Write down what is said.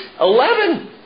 Eleven